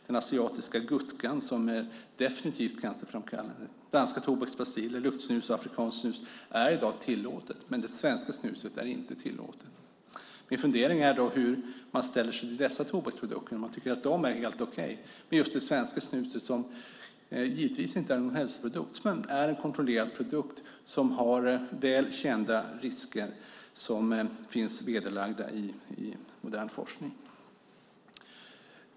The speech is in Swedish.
Den asiatiska gutkan, som definitivt är cancerframkallande, danska tobakspastiller, luktsnus och afrikanskt snus är i dag tillåtna, men det svenska snuset är inte tillåtet. Min fundering är hur man ställer sig till dessa tobaksprodukter, om man tycker att de är helt okej men inte just det svenska snuset. Det är givetvis inte någon hälsoprodukt, men det är en kontrollerad produkt som har väl kända risker som finns belagda i modern forskning.